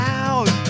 out